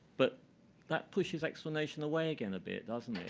but that pushes explanation away again a bit, doesn't it?